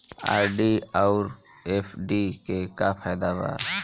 RD आउर FD के का फायदा बा?